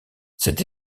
cette